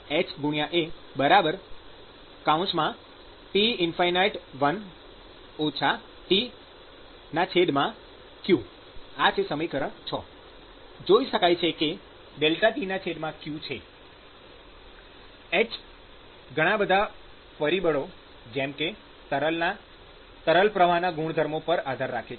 Rco1hAT∞1 T q ૬ જોઈ શકાય છે કે તે ΔTq છે h ઘણા બધા પરિબળો જેમ કે તરલના તરલપ્રવાહના ગુણધર્મો પર આધાર રાખે છે